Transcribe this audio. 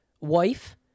wife